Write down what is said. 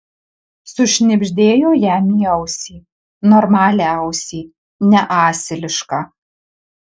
sušnibždėjo jam į ausį normalią ausį ne asilišką